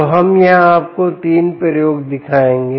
तो हम यहां आपको 3 प्रयोग दिखाएंगे